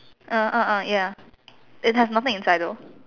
uh (uh huh) ya it has nothing inside though